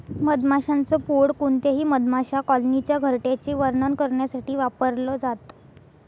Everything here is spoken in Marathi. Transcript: मधमाशांच पोळ कोणत्याही मधमाशा कॉलनीच्या घरट्याचे वर्णन करण्यासाठी वापरल जात